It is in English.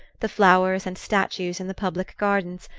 the flowers and statues in the public gardens,